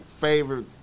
favorite